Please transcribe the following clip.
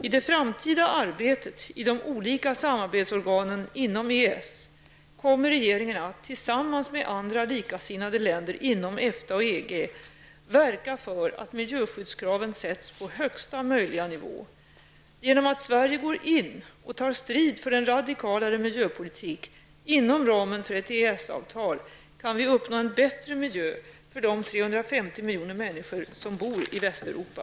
I det framtida arbetet i de olika samarbetsorganen inom EES kommer regeringen att, tillsammans med andra likasinnade länder inom EFTA och EG, verka för att miljöskyddskraven sätts på högsta möjliga nivå. Genom att Sverige går in och tar strid för en radikalare miljöpolitik inom ramen för ett EES avtal kan vi uppnå en bättre miljö för de 350 miljoner människor som bor i Västeuropa.